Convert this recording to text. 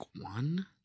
one